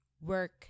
work